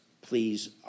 please